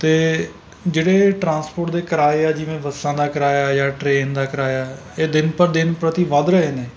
ਅਤੇ ਜਿਹੜੇ ਟ੍ਰਾਂਸਪੋਰਟ ਦੇ ਕਿਰਾਏ ਆ ਜਿਵੇਂ ਬੱਸਾਂ ਦਾ ਕਿਰਾਇਆ ਜਾਂ ਟਰੇਨ ਦਾ ਕਿਰਾਇਆ ਇਹ ਦਿਨ ਪਰ ਦਿਨ ਪ੍ਰਤੀ ਵੱਧ ਰਹੇ ਨੇ